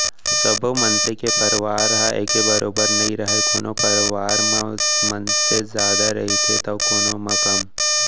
सब्बो मनसे के परवार ह एके बरोबर नइ रहय कोनो परवार म मनसे जादा रहिथे तौ कोनो म कम